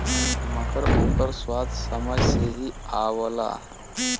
मगर ओकर स्वाद समय से ही आवला